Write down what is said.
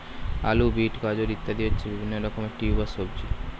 আলু, বিট, গাজর ইত্যাদি হচ্ছে বিভিন্ন রকমের টিউবার সবজি